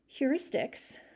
Heuristics